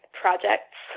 projects